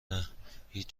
نه، هیچ